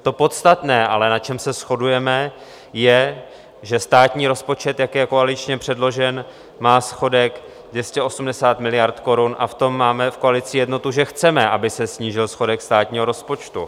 To podstatné ale, na čem se shodujeme, je, že státní rozpočet, jak je koaličně předložen, má schodek 280 miliard korun a v tom máme v koalici jednotu, že chceme, aby se snížil schodek státního rozpočtu.